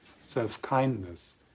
self-kindness